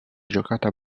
giocata